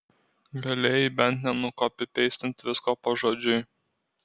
galėjai bent nenukopipeistinti visko pažodžiui